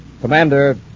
Commander